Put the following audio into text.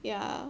yeah